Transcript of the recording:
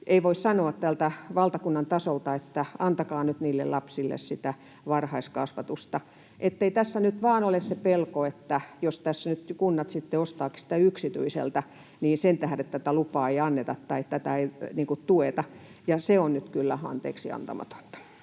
ei voi sanoa täältä valtakunnan tasolta, että antakaa nyt niille lapsille sitä varhaiskasvatusta, ettei tässä nyt vaan ole se pelko, että jos tässä nyt kunnat sitten ostavatkin sitä yksityiseltä, niin sen tähden tätä lupaa ei anneta tai tätä ei tueta, ja se on nyt kyllä anteeksiantamatonta.